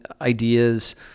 ideas